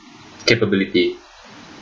capability